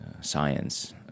science